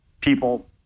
people